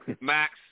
Max